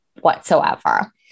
whatsoever